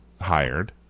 hired